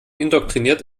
indoktriniert